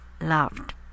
loved